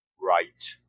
right